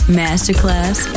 masterclass